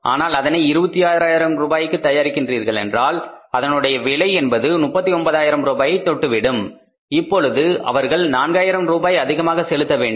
ஆனால் அதனை 26 ஆயிரம் ரூபாய்க்கு தயாரிக்கின்றீர்கள் என்றால் அதனுடைய விலை என்பது 39 ஆயிரம் ரூபாயைத் தொட்டு விடும் இப்பொழுது அவர்கள் நான்காயிரம் ரூபாய் அதிகமாக செலுத்த வேண்டும்